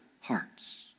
hearts